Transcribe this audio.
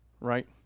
right